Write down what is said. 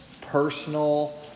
personal